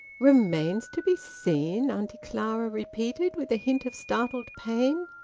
remains to be seen? auntie clara repeated, with a hint of startled pain,